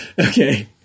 Okay